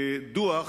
שהדוח